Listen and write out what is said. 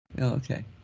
Okay